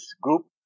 group